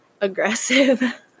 aggressive